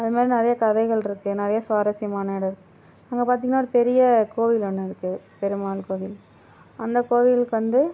அது மாதிரி நிறைய கதைகள்யிருக்கு நிறைய சுவாரஸ்யமான இடம் அங்கே பார்த்திங்கன்னா அது பெரிய கோயில் ஒன்று இருக்கு பெருமாள் கோயில் அந்த கோயிலுக்கு வந்து